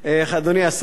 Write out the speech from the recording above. אדוני השר,